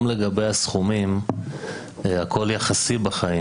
גם לגבי הסכומים, הכול יחסי בחיים.